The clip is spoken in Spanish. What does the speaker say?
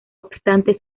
obstante